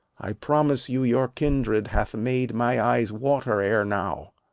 i promise you your kindred hath made my eyes water ere now.